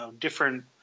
different